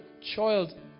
Child